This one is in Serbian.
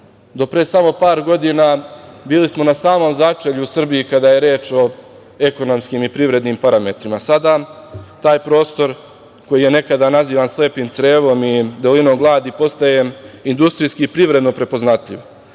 pre samo par godina bili smo na samom začelju Srbije kada je reč o ekonomskim i privrednim parametrima. Sada taj prostor koji je nekada nazivan slepim crevom i dolinom gladi, postaje industrijski i privredno prepoznatljiv,